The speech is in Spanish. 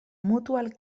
mutual